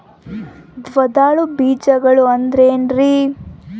ದ್ವಿದಳ ಬೇಜಗಳು ಅಂದರೇನ್ರಿ?